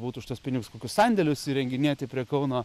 būtų už tuos pinigus kokius sandėlius įrenginėti prie kauno